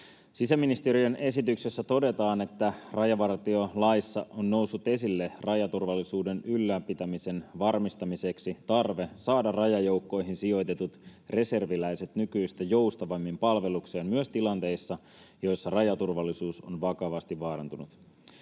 Sisäministeriön esityksessä todetaan, että rajavartiolaissa on noussut esille rajaturvallisuuden ylläpitämisen varmistamiseksi tarve saada rajajoukkoihin sijoitetut reserviläiset nykyistä joustavammin palvelukseen myös tilanteissa, joissa rajaturvallisuus on vakavasti vaarantunut.